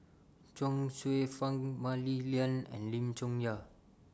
Chuang Hsueh Fang Mah Li Lian and Lim Chong Yah